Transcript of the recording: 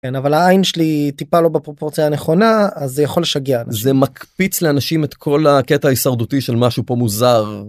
אבל העין שלי טיפה לא בפרופורציה הנכונה אז זה יכול לשגע זה מקפיץ לאנשים את כל הקטע הישרדותי של משהו פה מוזר.